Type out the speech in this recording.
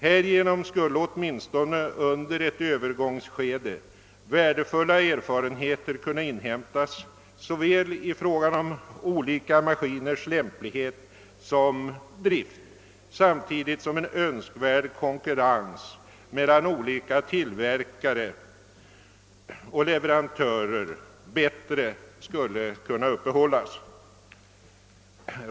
Härigenom skulle åtminstone under ett övergångsskede värdefulla erfarenheter kunna inhämtas i fråga om olika maskiners lämplighet såväl som beträffande deras drift samtidigt som en önskvärd kon kurrens mellan olika tillverkare och 1everantörer bättre skulle kunna uppehållas.